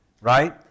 right